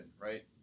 right